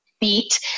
beat